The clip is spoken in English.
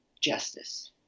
Justice